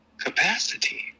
capacity